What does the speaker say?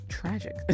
tragic